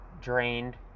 drained